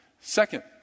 Second